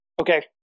Okay